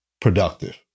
productive